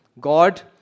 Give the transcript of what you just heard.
God